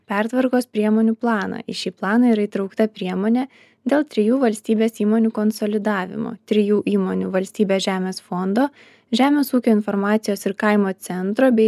pertvarkos priemonių planą į šį planą yra įtraukta priemonė dėl trijų valstybės įmonių konsolidavimo trijų įmonių valstybės žemės fondo žemės ūkio informacijos ir kaimo centro bei